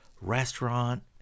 restaurant